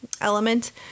element